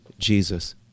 jesus